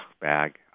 bag